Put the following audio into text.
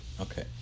okay